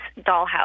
dollhouse